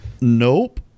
Nope